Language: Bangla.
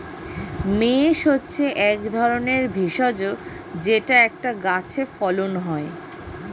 মেস হচ্ছে এক ধরনের ভেষজ যেটা একটা গাছে ফলন হয়